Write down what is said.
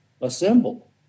assemble